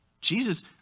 Jesus